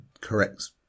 corrects